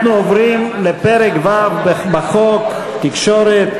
אנחנו עוברים לפרק ו' בחוק: תקשורת.